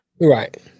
Right